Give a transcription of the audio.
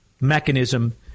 mechanism